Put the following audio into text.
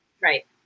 Right